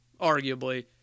arguably